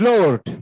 Lord